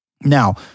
Now